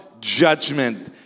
judgment